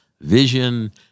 vision